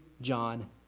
John